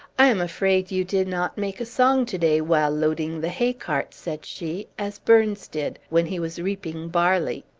i am afraid you did not make a song today, while loading the hay-cart, said she, as burns did, when he was reaping barley.